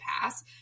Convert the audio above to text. pass